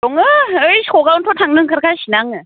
दङो है सकआवथ' थांनो ओंखारगासिनो आङो